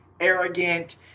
arrogant